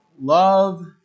love